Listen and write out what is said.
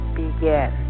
begin